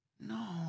No